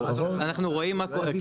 אנחנו רואים מה קורה,